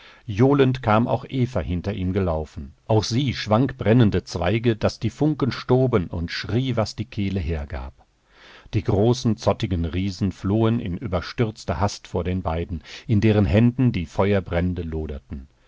johlend kam auch eva hinter ihm gelaufen auch sie schwang brennende zweige daß die funken stoben und schrie was die kehle hergab die großen zottigen riesen flohen in überstürzter hast vor den beiden in deren händen die feuerbrände loderten